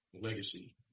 legacy